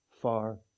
far